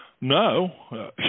no